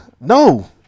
No